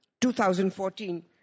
2014